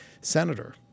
senator